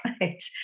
right